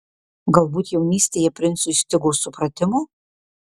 galbūt jaunystėje princui stigo supratimo